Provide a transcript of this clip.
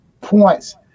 points